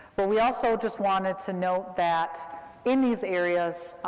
but we also just wanted to note that in these areas,